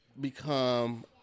Become